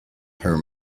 her